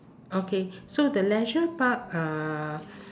okay so the leisure park uh